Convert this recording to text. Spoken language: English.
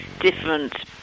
different